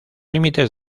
límites